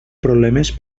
problemes